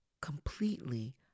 completely